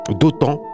d'autant